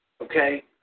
okay